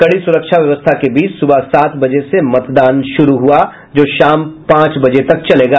कड़ी सुरक्षा व्यवस्था के बीच सुबह सात बजे से मतदान शुरू हुआ जो शाम पांच बजे तक चलेगा